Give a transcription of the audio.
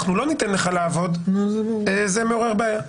אנחנו לא ניתן לך לעבוד זה מעורר בעיה.